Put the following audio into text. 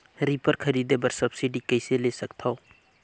Reaper खरीदे बर subsidy कइसे ले सकथव?